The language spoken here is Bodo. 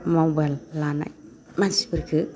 मबाइल लानाय मानसिफोरखो